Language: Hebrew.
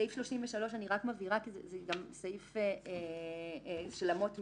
סעיף 33 זה סעיף של אמות מידה.